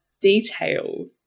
detail